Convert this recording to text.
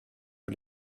que